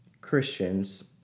Christians